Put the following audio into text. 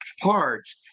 parts